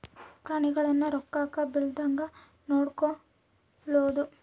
ಪ್ರಾಣಿಗಳನ್ನ ರೋಗಕ್ಕ ಬಿಳಾರ್ದಂಗ ನೊಡಕೊಳದು